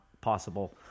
possible